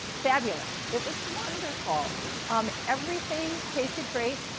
fabulous. it was wonderful um everything tasted great.